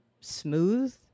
smooth